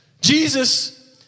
Jesus